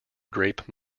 grape